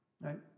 right